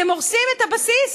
אתם הורסים את הבסיס,